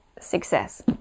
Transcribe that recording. success